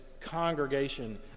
congregation